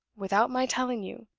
without my telling you?